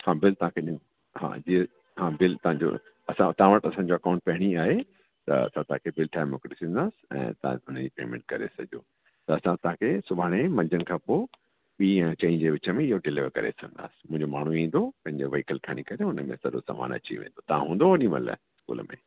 हा बिल तव्हां खे ॾिनो हा जीअ हा बिल तव्हां जो असांजो तव्हां वटि असांजो अकाउंट पैंडिग आहे त असां तव्हां खे बिल ठाहे मोकिले छॾींदासीं ऐं तव्हां हुन जी पेमैंट करे छॾिजो त असां तव्हां खे सुभाणे मंझनि खां पोइ वी ऐं चईं जे विच में इहो डिलेवर करे छॾींदासीं मुंहिंजो माण्हू ईंदो पंहिंजो व्हीकल खणी करे हुन में सॼो सामान अची वेंदो तव्हां हूंदो ओॾीमहिल स्कूल में